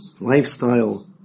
lifestyle